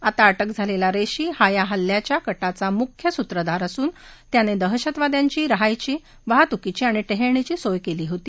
आता अटक झालेला रेशी हा या हल्ल्याच्या कटाचा मुख्य सूत्रधार असून त्याने दहशतवाद्यांची रहायची वाहतुकीची आणि टेहेळणीची सोय केली होती